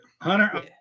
Hunter